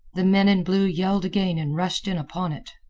the men in blue yelled again and rushed in upon it.